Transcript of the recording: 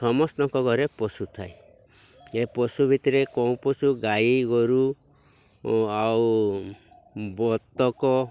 ସମସ୍ତଙ୍କ ଘରେ ପଶୁ ଥାଏ ଏ ପଶୁ ଭିତରେ କେଉଁ ପଶୁ ଗାଈ ଗୋରୁ ଆଉ ବତକ